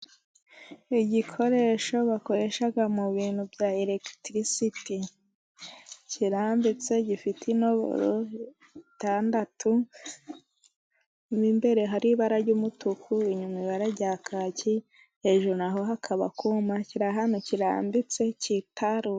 Igikoresho bakoresha mu bintu bya elegitirisiti, kirambitse gifite intoboro, itandatu, mo imbere hari ibara ry'umutuku, inyuma ibara rya kaki, hejuru naho hakaba akuma, kiri ahantu kirambitse kitaruye.